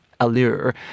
allure